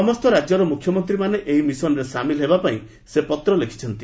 ସମସ୍ତ ରାଜ୍ୟର ମୁଖ୍ୟମନ୍ତ୍ରୀମାନେ ଏହି ମିଶନରେ ସାମିଲ ହେବା ପାଇଁ ପତ୍ର ଲେଖିଛନ୍ତି